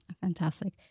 Fantastic